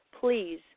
please